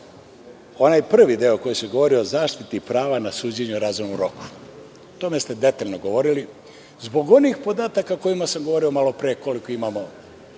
onaj prvi deo u kojem se govori o zaštiti prava na suđenje u razumnom roku, o tome ste detaljno govorili, a sve zbog onih podataka o kojima sam govorio malo pre, koliko imamo